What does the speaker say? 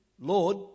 Lord